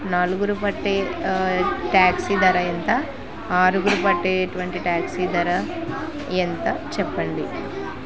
నాలుగురు పట్టే టాక్సీ ధర ఎంత ఆరుగురు పట్టేటటువంటి టాక్సీ ధర ఎంత చెప్పండి